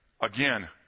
again